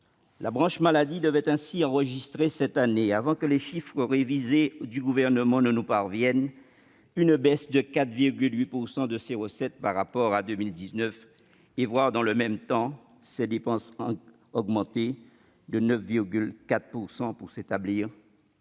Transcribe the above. La branche maladie devait ainsi enregistrer cette année, avant que les chiffres révisés du Gouvernement ne nous parviennent, une baisse de 4,8 % de ses recettes par rapport à 2019, et voir dans le même temps ses dépenses augmenter de 9,4 %, pour s'établir